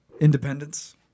Independence